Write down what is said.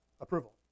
approval